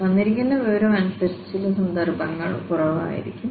തന്നിരിക്കുന്ന വിവരം അനുസരിച്ചു ചില സന്ദർഭങ്ങളിൽ കുറവ് ആയിരിയ്ക്കും